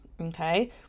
okay